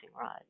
rod